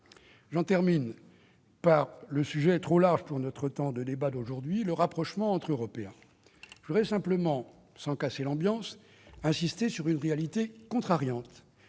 J'en termine par le sujet, trop large pour notre temps de débat de ce jour, du rapprochement entre Européens. Je voudrais simplement, sans casser l'ambiance, insister sur une réalité contrariante